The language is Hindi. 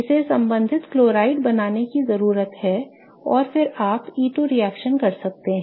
इसे संबंधित क्लोराइड बनाने की जरूरत है और फिर आप E2 रिएक्शन कर सकते हैं